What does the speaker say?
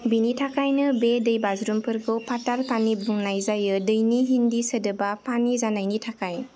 बेनिथाखायनो बे दैबाज्रुमफोरखौ पाताल पानि बुंनाय जायो दैनि हिन्दी सोदोबा पानि जानायनि थाखाय